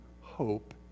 hope